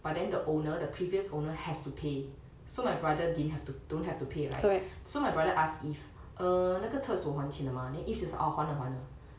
but then the owner the previous owner has to pay so my brother didn't have to don't have to pay right so my brother asked eve err 那个厕所还钱了吗 then eve just 哦还了还了